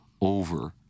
over